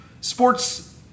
sports